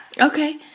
Okay